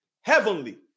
Heavenly